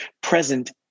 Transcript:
present